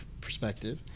perspective